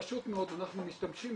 פשוט מאד, אנחנו משתמשים